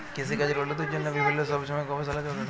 কিসিকাজের উল্লতির জ্যনহে বিভিল্ল্য ছব ছময় গবেষলা চলতে থ্যাকে